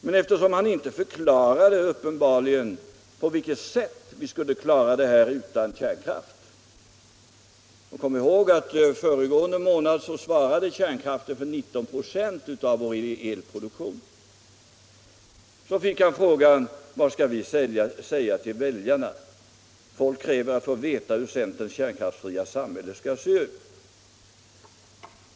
Men eftersom herr Sjönell uppenbarligen inte förklarade på vilket sätt vi skulle klara detta utan kärnkraft — kom ihåg att föregående månad svarade kärnkraften för 19 96 av vår elproduktion — fick han frågan: Vad skall vi säga till väljarna? Folk kräver att få veta hur centerns kärnkraftsfria samhälle skall se ut.